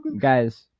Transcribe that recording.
Guys